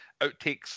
outtakes